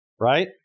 Right